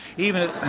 even,